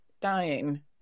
dying